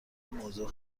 موضوع